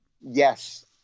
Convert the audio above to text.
yes